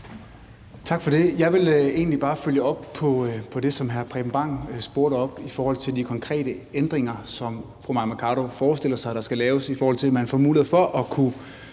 Tak for det. Jeg vil egentlig bare følge op på det, som hr. Preben Bang Henriksen spurgte om i forhold til de konkrete ændringer, som fru Mai Mercado forestiller sig der skal laves, så man får mulighed for at kunne